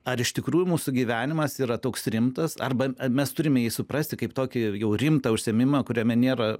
ar iš tikrųjų mūsų gyvenimas yra toks rimtas arba mes turime jį suprasti kaip tokį jau rimtą užsiėmimą kuriame nėra